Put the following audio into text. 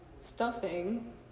stuffing